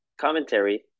commentary